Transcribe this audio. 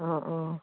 অঁ অঁ